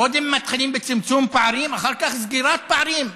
קודם מתחילים בצמצום פערים, אחר כך סגירת פערים.